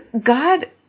God